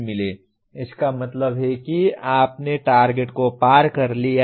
इसका मतलब है कि आपने टारगेट को पार कर लिया है